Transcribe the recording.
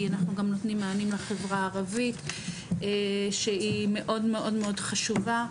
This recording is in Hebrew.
אנחנו גם נותנים מענים גם לחברה הערבית שהיא מאוד מאוד מאוד חשובה,